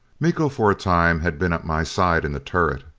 miko for a time had been at my side in the turret.